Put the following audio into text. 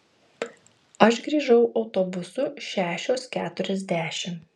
aš grįžau autobusu šešios keturiasdešimt